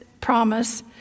promise